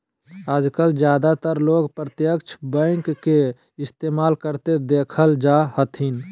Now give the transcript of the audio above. आजकल ज्यादातर लोग प्रत्यक्ष बैंक के इस्तेमाल करते देखल जा हथिन